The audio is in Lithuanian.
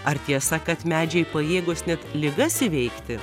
ar tiesa kad medžiai pajėgūs net ligas įveikti